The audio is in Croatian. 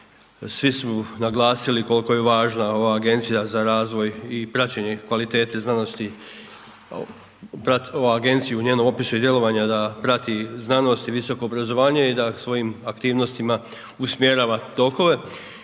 Svi su naglasili koliko je važna ova agencija za razvoj i praćenje kvalitete znanosti. Ova agencija u njenom opisu djelovanja je da prati znanost i visoko obrazovanje i da svojim aktivnostima usmjerava tokove